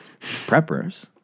preppers